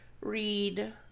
read